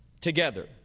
together